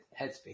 headspace